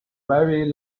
very